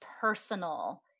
personal